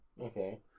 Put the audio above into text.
Okay